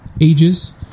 ages